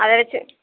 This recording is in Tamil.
அதை வச்சி